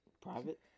Private